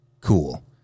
cool